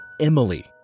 Emily